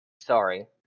sorry